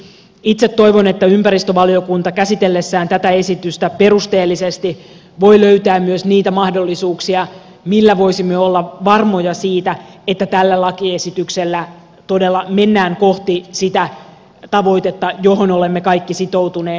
itse toivon että ympäristövaliokunta käsitellessään tätä esitystä perusteellisesti voi löytää myös niitä mahdollisuuksia millä voisimme olla varmoja siitä että tällä lakiesityksellä todella mennään kohti sitä tavoitetta johon olemme kaikki sitoutuneet